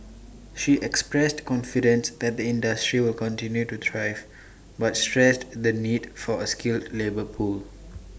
she expressed confidence that the industry will continue to thrive but stressed the need for A skilled labour pool